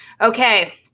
Okay